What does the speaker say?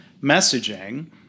messaging